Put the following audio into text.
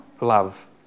love